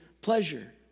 pleasure